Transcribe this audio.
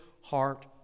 heart